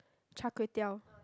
char-kway-teow